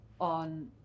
on